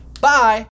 bye